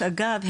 שאגב,